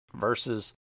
versus